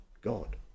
God